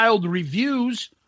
reviews